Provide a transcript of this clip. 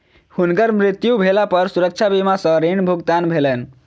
हुनकर मृत्यु भेला पर सुरक्षा बीमा सॅ ऋण भुगतान भेलैन